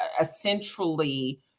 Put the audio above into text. essentially